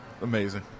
amazing